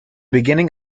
beginning